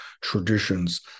traditions